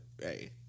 hey